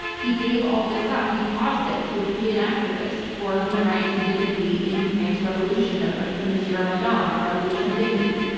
he gave all this up. he posited to be an activist for human rights and dignity in ukraine's revolution known um known as euromaidan, the revolution of dignity,